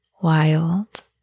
wild